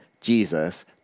Jesus